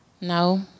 No